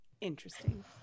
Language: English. Interesting